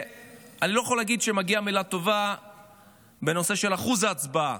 אני לא יכול להגיד שמגיעה מילה טובה בנושא אחוז ההצבעה.